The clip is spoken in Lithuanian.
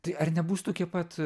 tai ar nebus tokie pat